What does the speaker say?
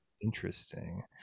Interesting